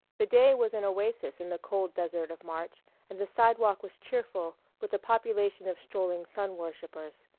the day was an oasis in the cold desert of march and the sidewalk was cheerful with a population of strolling sun-worshippers.